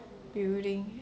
building